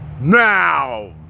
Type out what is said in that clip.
Now